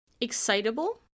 excitable